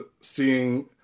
seeing